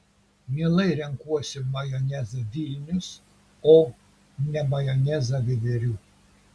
mielai renkuosi majonezą vilnius o ne majonezą veiverių